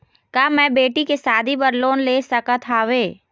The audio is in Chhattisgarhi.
का मैं बेटी के शादी बर लोन ले सकत हावे?